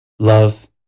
Love